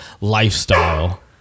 lifestyle